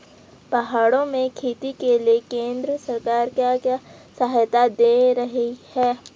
पहाड़ों में खेती के लिए केंद्र सरकार क्या क्या सहायता दें रही है?